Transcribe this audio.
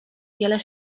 wiele